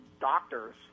doctors